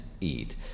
eat